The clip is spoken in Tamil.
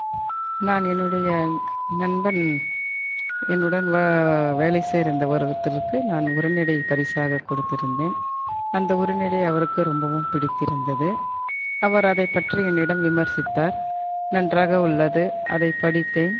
நான் என்னுடைய நண்பன் என்னுடன் வேலை செய்கிற இந்த ஒருத்தருக்கு நான் உரைநடை பரிசாக கொடுத்துருந்தேன் அந்த உரைநடை அவருக்கு ரொம்பவும் பிடித்திருந்தது அவர் அதை பற்றி என்னிடம் விமர்சித்தார் நன்றாக உள்ளது அதை படித்தேன்